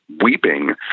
weeping